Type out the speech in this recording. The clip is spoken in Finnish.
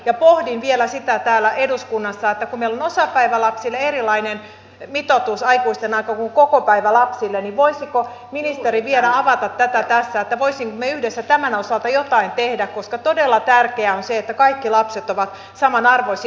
ja pohdin vielä sitä täällä eduskunnassa että kun meillä on osapäivälapsille erilainen mitoitus aikuisten aikaa kuin kokopäivälapsille niin voisiko ministeri vielä avata tässä sitä voisimmeko me yhdessä tämän osalta jotain tehdä koska todella tärkeää on se että kaikki lapset ovat samanarvoisia